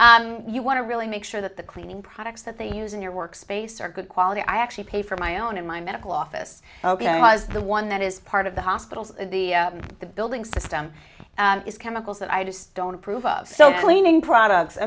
yeah you want to really make sure that the cleaning products that they use in your workspace are good quality i actually pay for my own and my medical office was the one that is part of the hospitals in the building system is chemicals that i just don't approve of so cleaning products i